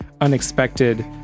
unexpected